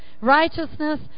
righteousness